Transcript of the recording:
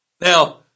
now